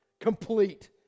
complete